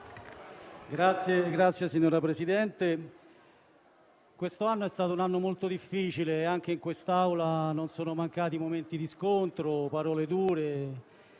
*(M5S)*. Signor Presidente, questo è stato un anno molto difficile e, anche in quest'Aula, non sono mancati momenti di scontro, parole dure,